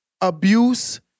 abuse